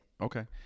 Okay